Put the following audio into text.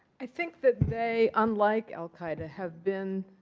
i think that they, unlike al qaeda, have been